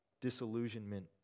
Disillusionment